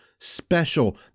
special